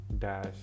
dash